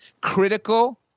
critical